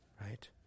right